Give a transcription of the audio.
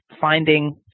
finding